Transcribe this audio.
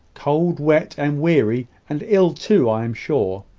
cold, wet, and weary and ill, too, i am sure.